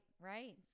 right